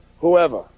whoever